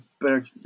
better